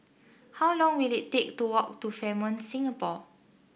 how long will it take to walk to Fairmont Singapore